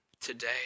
today